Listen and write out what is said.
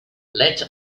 let